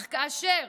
אך כאשר